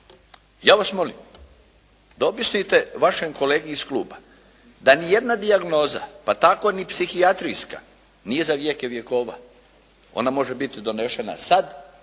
Ja vas molim, da objasnite vašem kolegi iz kluba da ni jedna dijagnoza, pa tako ni psihijatrijska nije za vijeke vjekova. Ona može biti donešena sad,